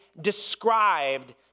described